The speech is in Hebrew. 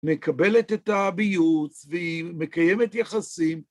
‫מקבלת את הביוץ והיא מקיימת יחסים.